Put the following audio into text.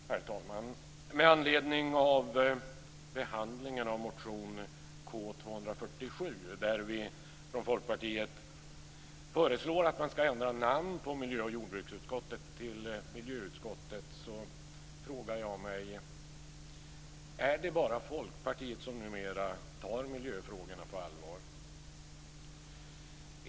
Herr talman! Med anledning av behandlingen av motion K247, där vi från Folkpartiet föreslår att man skall ändra namn på miljö och jordbruksutskottet till miljöutskottet, frågar jag mig: Är det bara Folkpartiet som numera tar miljöfrågorna på allvar?